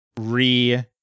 re